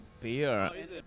beer